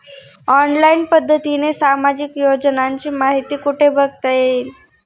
Online पद्धतीने सामाजिक योजनांची माहिती कुठे बघता येईल?